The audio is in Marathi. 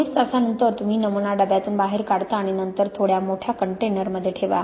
24 तासांनंतर तुम्ही नमुना डब्यातून बाहेर काढता आणि नंतर थोड्या मोठ्या कंटेनरमध्ये ठेवा